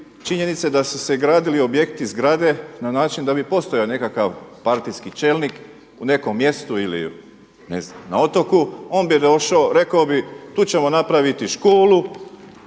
činjenice da su se gradili objekti, zgrade na način da bi postojao nekakav partijski čelnik u nekom mjestu ili na otoku, on bi došao, rekao bi tu ćemo napraviti školu,